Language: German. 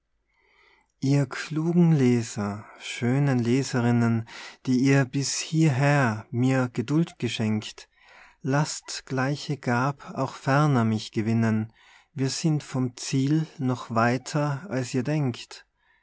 ihr klugen leser schönen leserinnen die ihr bis hierher mir geduld geschenkt laßt gleiche gab auch ferner mich gewinnen wir sind vom ziel noch weiter als ihr denkt